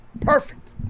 Perfect